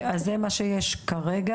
אז זה מה שיש כרגע.